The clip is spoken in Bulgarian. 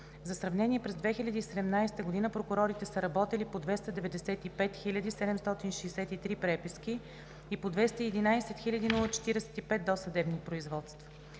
За сравнение, през 2017 г. прокурорите са работили по 295 763 преписки и по 211 045 досъдебни производства.